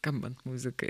skambant muzikai